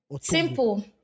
Simple